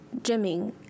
gymming